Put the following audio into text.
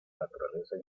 naturaleza